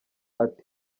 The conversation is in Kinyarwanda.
ati